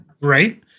Right